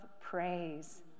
praise